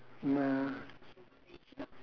no